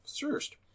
First